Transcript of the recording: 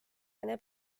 vene